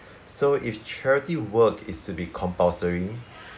so if charity work is to be compulsory